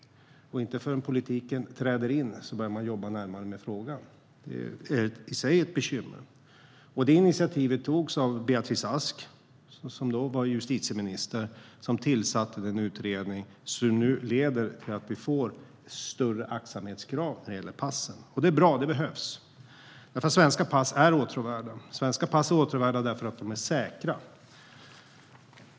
Inte förrän politiken träder in börjar man jobba närmare med frågan. Det är i sig ett bekymmer. Det initiativet togs av Beatrice Ask, som då var justitieminister. Hon tillsatte den utredning som nu leder till att vi får större aktsamhetskrav när det gäller passen. Det är bra. Det behövs. Svenska pass är nämligen åtråvärda. Svenska pass är åtråvärda därför att de är säkra.